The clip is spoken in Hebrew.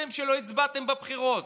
חשבתם כשלא הצבעתם בבחירות?